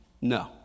No